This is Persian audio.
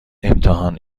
امتحان